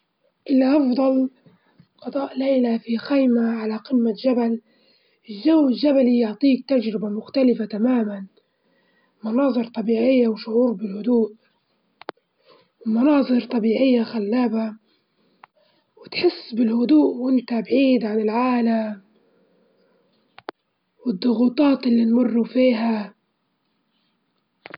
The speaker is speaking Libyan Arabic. ني هفضل قضاء ليلة في خيمة على قمة جبل، الجو الجبلي يعطيك تجربة مختلفة تمامًا، مناظر طبيعية وشعور بهدوء، ومناظر طبيعية خلابة، وتحس بالهدوء وإنت بعيد عن العالم والضغوطات اللي نمروا فيها.